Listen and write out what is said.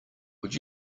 would